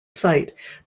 site